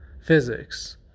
physics